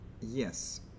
yes